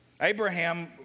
Abraham